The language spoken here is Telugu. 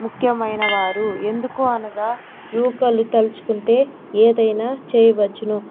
ముఖ్యమైనవారు ఎందుకు అనగా యువకులు తలచుకుంటే ఎదైనా చేయవచ్చును